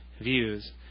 views